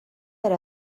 era